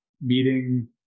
meeting